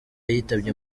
yitabye